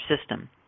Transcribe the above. system